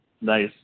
nice